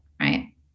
right